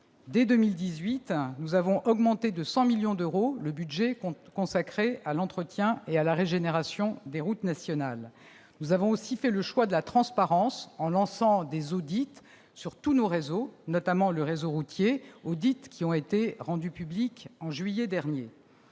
Dès 2018, nous avons augmenté de 100 millions d'euros le budget consacré à l'entretien et à la régénération des routes nationales. Nous avons aussi fait le choix de la transparence, en lançant des audits sur tous nos réseaux, notamment le réseau routier, audits qui ont été rendus publics en juillet dernier.